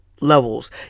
levels